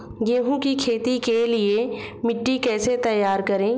गेहूँ की खेती के लिए मिट्टी कैसे तैयार करें?